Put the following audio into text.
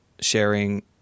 sharing